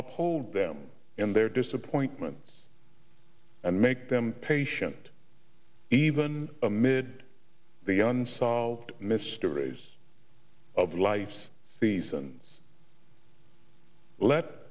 up hold them in their disappointments and make them patient even amid the unsolved mysteries of life's seasons let